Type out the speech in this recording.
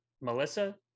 Melissa